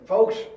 Folks